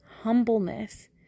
humbleness